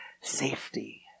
safety